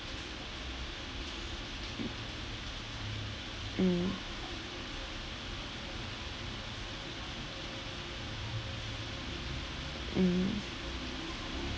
mm mm